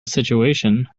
situation